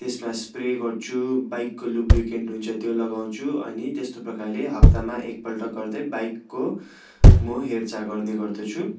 त्यसमा इस्प्रे गर्छु बाइकको लुब्रिकेन्ट हुन्छ त्यो लगाउँछु त्यस्तो प्रकारले हफ्तामा एकपल्ट गर्दै बाइकको म हेरचाह गर्ने गर्दछु